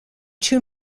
two